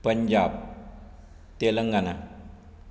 Punjab Telangana